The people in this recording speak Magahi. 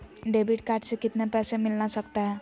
डेबिट कार्ड से कितने पैसे मिलना सकता हैं?